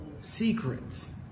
secrets